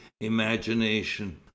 imagination